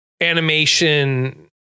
animation